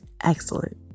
excellent